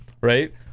right